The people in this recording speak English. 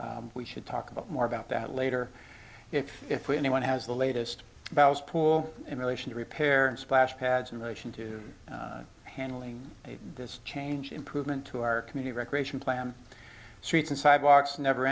we should talk about more about that later if if we anyone has the latest about his pool in relation to repair splash pads in relation to handling this change improvement to our community recreation plan streets and sidewalks never